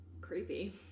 Creepy